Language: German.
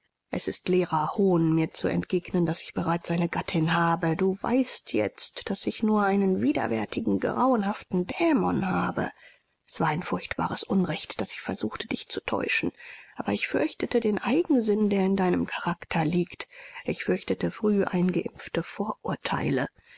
es ist leerer hohn mir zu entgegnen daß ich bereit eine gattin habe du weißt jetzt daß ich nur einen widerwärtigen grauenhaften dämon habe es war ein furchtbares unrecht daß ich versuchte dich zu täuschen aber ich fürchtete den eigensinn der in deinem charakter liegt ich fürchtete früh